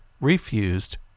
refused